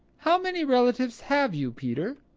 how many relatives have you, peter?